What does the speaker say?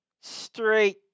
straight